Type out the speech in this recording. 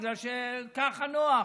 בגלל שככה נוח.